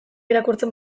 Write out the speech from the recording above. irakurtzen